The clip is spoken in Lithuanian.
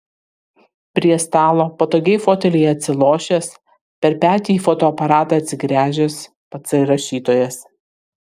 prie stalo patogiai fotelyje atsilošęs per petį į fotoaparatą atsigręžęs patsai rašytojas